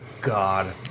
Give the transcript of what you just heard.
god